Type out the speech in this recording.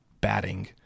batting